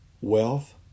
wealth